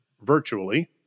virtually